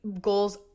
goals